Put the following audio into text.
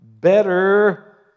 better